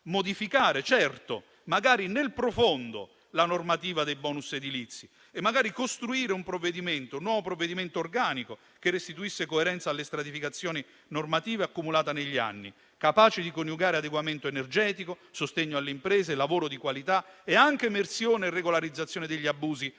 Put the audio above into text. Modificare, certo, magari nel profondo la normativa dei *bonus* edilizi e magari costruire un nuovo provvedimento organico che restituisse coerenza alle stratificazioni normative accumulate negli anni, capace di coniugare adeguamento energetico, sostegno alle imprese, lavoro di qualità e anche emersione e regolarizzazione degli abusi, per